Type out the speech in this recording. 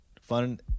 fun